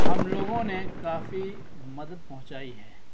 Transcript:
ہم لوگوں نے کافی مدد پہنچائی ہے